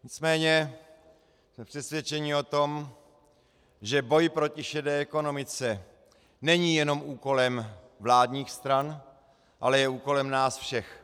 Nicméně jsme přesvědčeni o tom, že boj proti šedé ekonomice není jenom úkolem vládních stran, ale je úkolem nás všech.